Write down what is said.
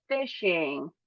fishing